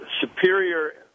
superior